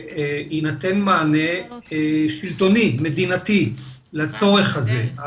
שיינתן מענה שלטוני, מדינתי לצורך הזה.